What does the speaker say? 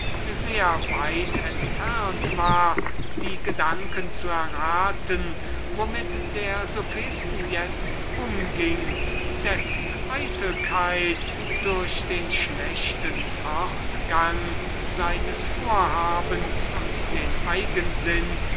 sehr weit entfernt war die gedanken zu erraten womit dieser sophist itzt umging dessen eitelkeit durch den schlechten fortgang seines vorhabens und den eigensinn